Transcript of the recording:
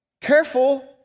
Careful